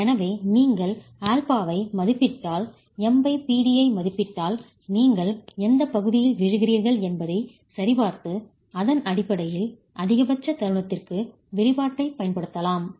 எனவே நீங்கள் ஆல்பாவை மதிப்பிட்டால் MPd ஐ மதிப்பிட்டால் நீங்கள் எந்தப் பகுதியில் விழுகிறீர்கள் என்பதைச் சரிபார்த்து அதன் அடிப்படையில் அதிகபட்ச தருணத்திற்கு வெளிப்பாட்டை பயன்படுத்தலாம்